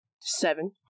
Seven